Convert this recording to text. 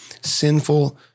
sinful